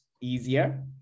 easier